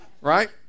right